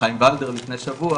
חיים ולדר לפני שבוע,